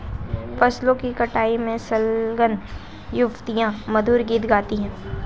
फसलों की कटाई में संलग्न युवतियाँ मधुर गीत गाती हैं